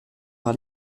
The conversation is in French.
par